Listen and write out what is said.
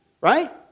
Right